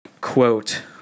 quote